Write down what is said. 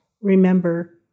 remember